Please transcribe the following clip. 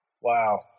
Wow